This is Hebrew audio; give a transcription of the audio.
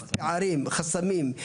פערים, חסמים,